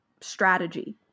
strategy